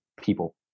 people